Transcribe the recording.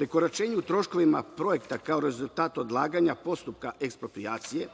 prekoračenje u troškovima projekta kao rezultat odlaganja postupka eksproprijacije.